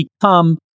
become